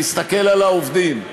להסתכל על העובדים.